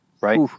Right